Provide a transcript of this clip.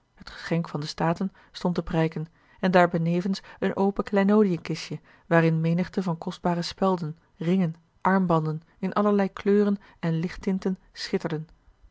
het geschenk van de staten stond te prijken en daar benevens een open kleinoodiën kistje waarin menigte van kostbare spelden ringen armbanden in allerlei kleuren en lichttinten schitterden